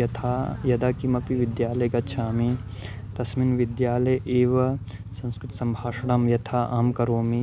यथा यदा कमपि विद्यालयं गच्छामि तस्मिन् विद्यालये एव संस्कृते सम्भाषणं यथा अहं करोमि